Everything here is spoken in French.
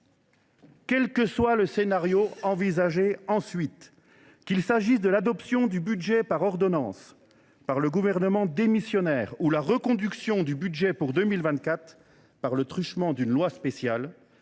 Quel que soit le scénario envisagé ensuite, qu’il s’agisse de l’adoption du budget par ordonnance par le gouvernement démissionnaire ou de la reconduction du budget de 2024 par le truchement d’une loi spéciale,